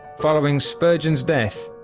following spurgeon death,